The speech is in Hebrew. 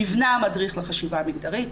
נבנה מדריך לחשיבה מגדרית,